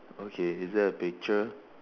okay is there a picture